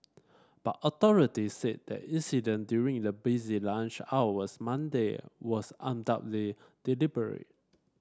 but authorities said the incident during the busy lunch hours Monday was undoubtedly deliberate